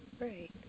Right